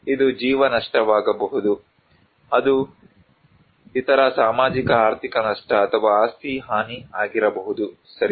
ಇದು ಜೀವ ನಷ್ಟವಾಗಬಹುದು ಅದು ಇತರ ಸಾಮಾಜಿಕ ಆರ್ಥಿಕ ನಷ್ಟ ಅಥವಾ ಆಸ್ತಿ ಹಾನಿ ಆಗಿರಬಹುದು ಸರಿ